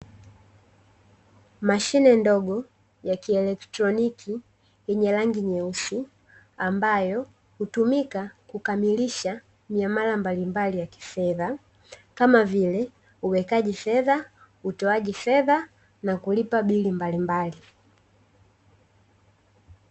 Mashine ndogo ya kielektroniki, yenye rangi nyeusi ambayo, hutumika kukamilisha miamala mbalimbali ya kifedha, kama vile uwekaji fedha, utoaji fedha na kulipa bili malimbali.